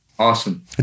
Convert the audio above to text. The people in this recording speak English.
awesome